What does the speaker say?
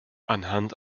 anhand